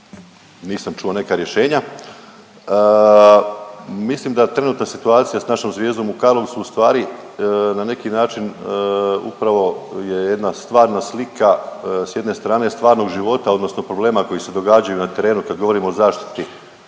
nisam čuo neka rješenja. Mislim da trenutna situacija s našom Zvijezdom u Karlovcu ustvari na neki način upravo je jedna stvarna slika s jedne strane stvarnog života odnosno problema koji se događaju na terenu kad govorimo o zaštiti